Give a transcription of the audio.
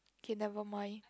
okay never mind